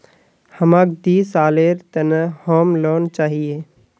हमाक दी सालेर त न होम लोन चाहिए